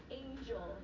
angel